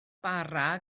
bara